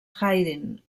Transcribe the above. haydn